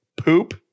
poop